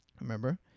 remember